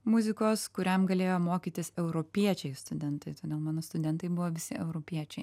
muzikos kuriam galėjo mokytis europiečiai studentai todėl mano studentai buvo visi europiečiai